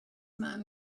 man